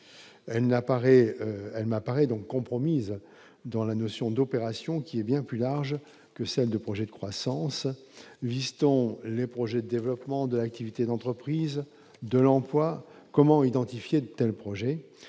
elle apparaît donc compromise dans la notion d'opération qui est bien plus large que celle de projets de croissance listant les projets de développement de l'activité d'entreprise de l'emploi, comment identifier de tels projets,